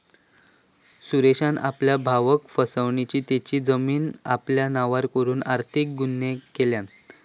सुरेशान आपल्या भावाक फसवन तेची जमीन आपल्या नावार करून आर्थिक गुन्हो केल्यान